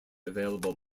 available